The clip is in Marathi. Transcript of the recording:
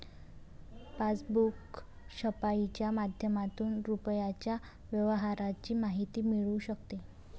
पासबुक छपाईच्या माध्यमातून रुपयाच्या व्यवहाराची माहिती मिळू शकते